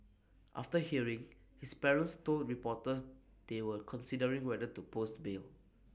after hearing his parents told reporters they were considering whether to post bail